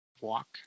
walk